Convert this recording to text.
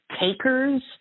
takers